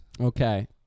okay